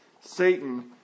Satan